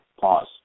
pause